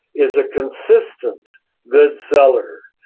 is a consistent good seller.